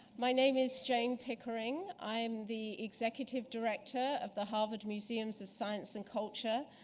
my name is jane pickering. i'm the executive director of the harvard museums of science and culture,